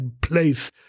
place